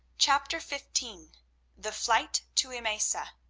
chapter fifteen the flight to emesa